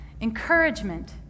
Encouragement